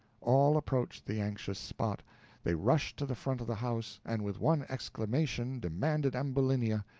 all approached the anxious spot they rushed to the front of the house and, with one exclamation, demanded ambulinia.